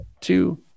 two